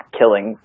killing